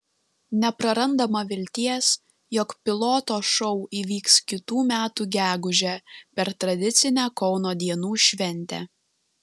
neprarandama vilties jog piloto šou įvyks kitų metų gegužę per tradicinę kauno dienų šventę